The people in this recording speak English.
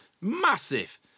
massive